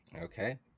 Okay